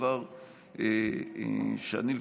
דבר שאני,